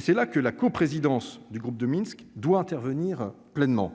C'est là que la coprésidence du groupe de Minsk doit intervenir pleinement